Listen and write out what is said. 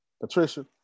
Patricia